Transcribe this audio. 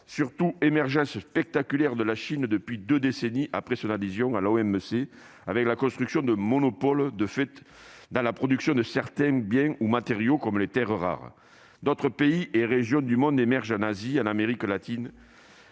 surtout, émergence spectaculaire de la Chine depuis deux décennies après son adhésion à l'Organisation mondiale du commerce (OMC), avec la construction de monopoles de fait dans la production de certains biens ou matériaux comme les terres rares. D'autres pays et régions du monde émergent en Asie, en Amérique latine